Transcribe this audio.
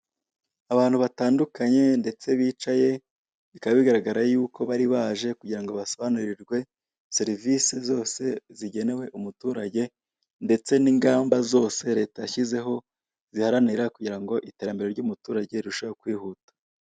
Abatandukanye ndetse bicaye bikaba bigaragara yuko bari baje kugira ngo basobanurirwe serivisi zigenewe umuturage ndetse n'ingamba zose leta yashyizeho ziharanira kugira ngo iterambere ry'umuturage rirusheho kwihuta.